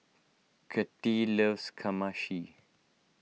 Kattie loves Kamameshi